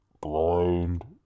blind